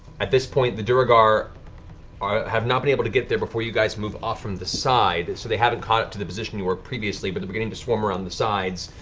at this point, the duergar ah have not been able to get there before you guys move off from the side, so they haven't caught up to the position you were previously, but they're beginning to swarm around the sides,